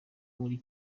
muri